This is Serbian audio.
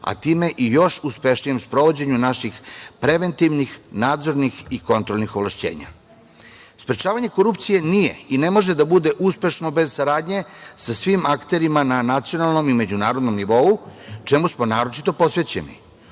a time i još uspešnijem sprovođenju naših preventivnih, nadzornih i kontrolnih ovlašćenja. Sprečavanje korupcije nije i ne može da bude uspešno bez saradnje sa svim akterima na nacionalnom i međunarodnom nivou, čemu smo naročito posvećeni.